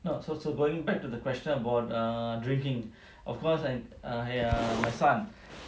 no so so going back to the question about err drinking of course I'm err ya my son